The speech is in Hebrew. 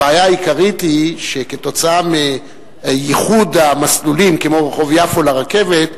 הבעיה העיקרית היא שכתוצאה מייחוד המסלולים כמו רחוב יפו לרכבת,